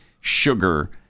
sugar